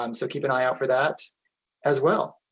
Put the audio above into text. um so keep an eye out for that as well!